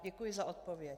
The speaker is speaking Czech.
Děkuji za odpověď.